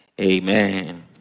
Amen